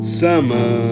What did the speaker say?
summer